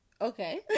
okay